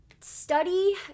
study